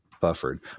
buffered